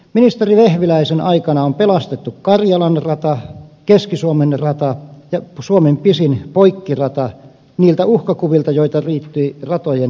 ministeri vehviläisen aikana on pelastettu karjalan rata keski suomen rata ja suomen pisin poikkirata niiltä uhkakuvilta joita riitti ratojen purkamisesta